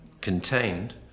contained